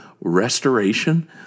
restoration